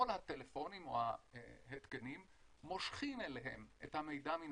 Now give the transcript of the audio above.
כל הטלפונים או ההתקנים מושכים אליהם את המידע מן